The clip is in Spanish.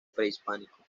prehispánico